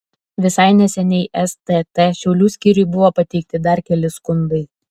visai neseniai stt šiaulių skyriui buvo pateikti dar keli skundai